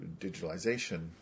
digitalization